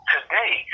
Today